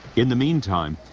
in the meantime,